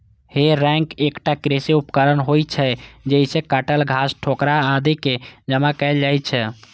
हे रैक एकटा कृषि उपकरण होइ छै, जइसे काटल घास, ठोकरा आदि कें जमा कैल जाइ छै